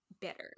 better